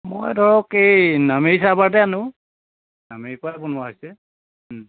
মই ধৰক এই নামেৰি চাহপাতে আনো নামেৰিৰপৰাই বনোৱা হৈছে